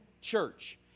church